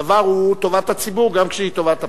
הדבר הוא טובת הציבור גם כשהוא טובת הפרט.